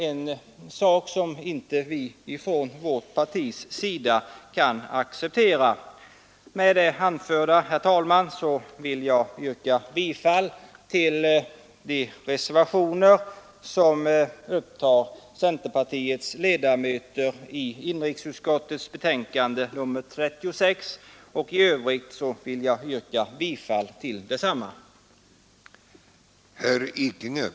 En sådan ordning kan vårt parti inte acceptera. Med det anförda vill jag, herr talman, yrka bifall till de reservationer som centerpartiets ledamöter i utskottet ställt sig bakom. I övrigt yrkar jag bifall till vad utskottet har hemställt.